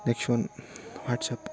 next one WhatsApp